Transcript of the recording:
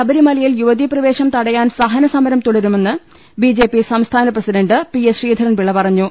ശബ്രിമ്ലയിൽ യുവതീപ്രവേശം തടയാൻ സഹനസമരം തുടങ്ങുമെന്ന് B J P സംസ്ഥാന പ്രസിഡണ്ട് പി എസ് ശ്രീധരൻപിളള പറഞ്ഞു